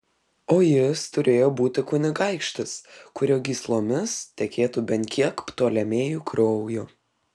o jis turėjo būti kunigaikštis kurio gyslomis tekėtų bent kiek ptolemėjų kraujo